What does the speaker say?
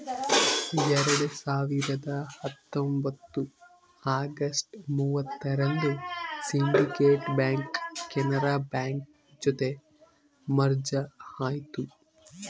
ಎರಡ್ ಸಾವಿರದ ಹತ್ತೊಂಬತ್ತು ಅಗಸ್ಟ್ ಮೂವತ್ತರಂದು ಸಿಂಡಿಕೇಟ್ ಬ್ಯಾಂಕ್ ಕೆನರಾ ಬ್ಯಾಂಕ್ ಜೊತೆ ಮರ್ಜ್ ಆಯ್ತು